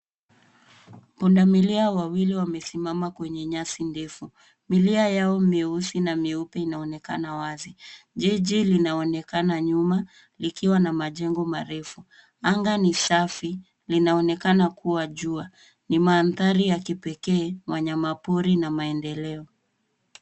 Pundamilia wawili wamesimama kwenye nyasi ndefu. Milia yao meusi na meupe inaonekana wazi. Jiji linaonekana nyuma likiwa na majengo marefu. Anga ni safi linaonekana kuwa jua ni mandhari ya kipekee, wanyama pori na maendeleo.